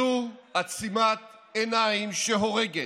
זו עצימת עיניים שהורגת,